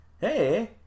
Hey